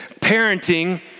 parenting